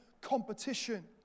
competition